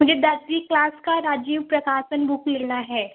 मुझे दसवीं क्लास का राजीव प्रकाशन बुक लेना है